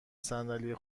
صندلی